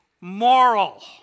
moral